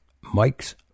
Mike's